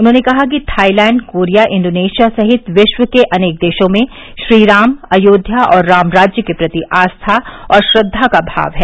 उन्होंने कहा कि थाईतैण्ड कोरिया इण्डोनेशिया सहित विश्व के अनेक देशों में श्रीराम अयोध्या और रामराज्य के प्रति आस्था व श्रद्वा का भाव है